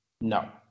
No